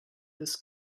this